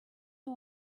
you